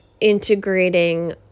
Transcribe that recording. integrating